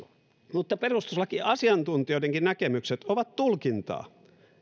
vastaista perustuslakiasiantuntijoidenkin näkemykset ovat tulkintaa